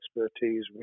expertise